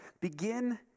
begin